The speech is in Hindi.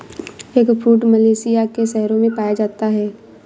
एगफ्रूट मलेशिया के शहरों में पाया जाता है